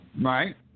Right